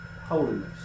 holiness